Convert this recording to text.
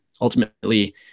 ultimately